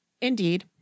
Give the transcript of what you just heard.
Indeed